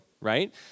right